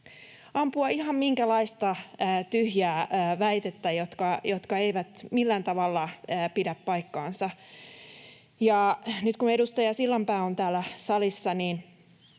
ampua ihan minkälaista vain tyhjää väitettä, joka ei millään tavalla pidä paikkaansa. Nyt, kun edustaja Sillanpää on täällä salissa,